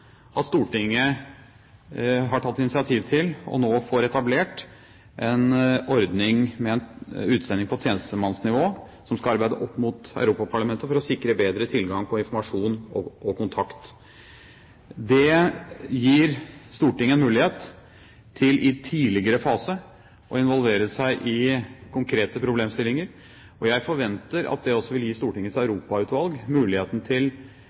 at Stortinget har tatt initiativ til – og nå får etablert – en ordning med en utsending på tjenestemannsnivå som skal arbeide opp mot Europaparlamentet for å sikre bedre tilgang til informasjon og kontakt. Det gir Stortinget en mulighet til i tidligere fase å involvere seg i konkrete problemstillinger. Jeg forventer at det også vil gi Stortingets europautvalg mulighet til i mye større grad enn det situasjonen har vært til